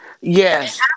yes